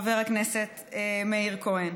חבר הכנסת מאיר כהן.